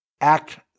act